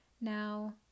now